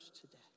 today